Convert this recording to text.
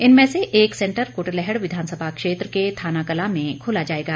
इनमें से एक सेंटर कुटलैहड़ विधानसभा क्षेत्र के थानाकलां में खोला जाएगा